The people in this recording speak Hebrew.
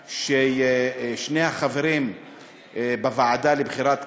ששני החברים בוועדה לבחירת קאדים,